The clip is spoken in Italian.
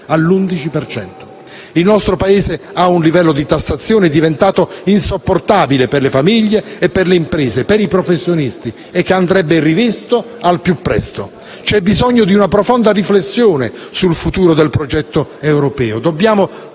cento. Il nostro Paese ha un livello di tassazione diventato insopportabile per le famiglie, le imprese ed i professionisti e che andrebbe rivisto al più presto. C'è bisogno di una profonda riflessione sul futuro del progetto europeo,